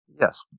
Yes